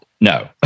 No